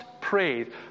prayed